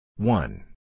One